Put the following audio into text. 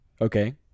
Okay